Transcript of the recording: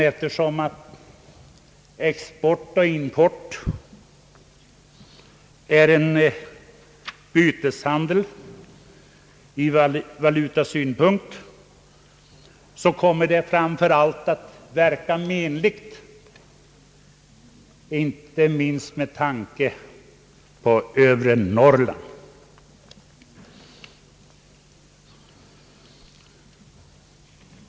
Eftersom export och import är en byteshandel ur valutasynpunkt kommer ett sådant förfarande att inverka menligt inte minst när det gäller jordbruksnäringen i Övre Norrland.